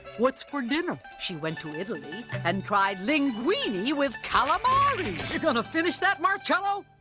what's for dinner? she went to italy and tried linguini with calamari. you gonna finish that, marcelo?